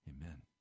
Amen